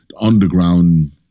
underground